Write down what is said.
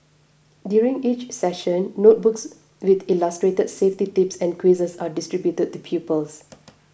during each session notebooks with illustrated safety tips and quizzes are distributed to pupils